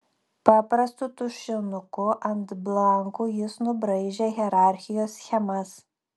paprastu tušinuku ant blankų jis nubraižė hierarchijos schemas